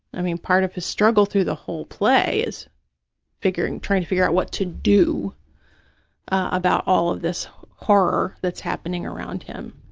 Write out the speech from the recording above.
i mean, part of his struggle through the whole play is and trying to figure out what to do about all of this horror that's happening around him,